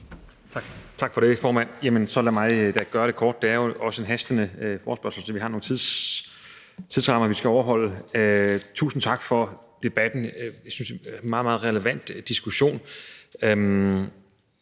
Tak for det, formand. Så lad mig gøre det kort, og det er jo også en hasteforespørgsel, så vi har nogle tidsrammer, vi skal overholde. Tusind tak for debatten. Jeg synes, det er en meget, meget relevant diskussion.